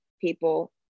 people